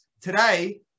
today